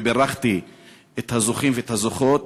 ובירכתי את הזוכים ואת הזוכות,